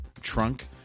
trunk